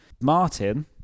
Martin